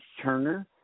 Turner